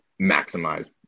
maximize